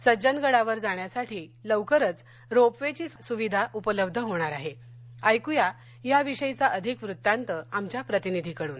सज्जनगडावर जाण्यासाठी लवकरच ropeway ची सुविधा उपलब्ध होणार आहे एकूयात या विषयीचा अधिक वृत्तांत आमच्या प्रतिनिधी कडून